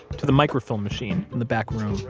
to the microfilm machine in the back room.